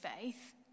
faith